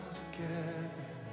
together